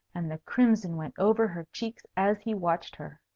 and the crimson went over her cheeks as he watched her.